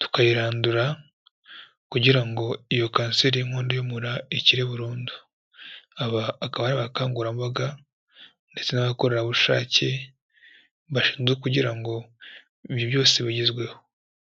tukayirandura kugira ngo iyo kanseri y'inkondo y'umura ikire burundu, aba akaba ari abakangurambaga ndetse n'abakorerabushake bashinzwe kugira ngo ibyo byose bigezweho.